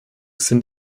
sind